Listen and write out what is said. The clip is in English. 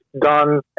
done